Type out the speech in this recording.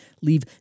Leave